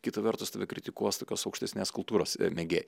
kita vertus tave kritikuos tokios aukštesnės kultūros mėgėj